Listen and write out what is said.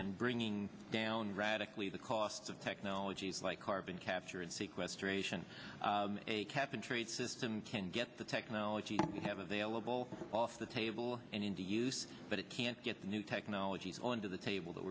and bringing down radically the cost of technologies like carbon capture and sequestration a cap and trade system can get the technology we have available off the table and india use but it can't get the new technologies on to the table that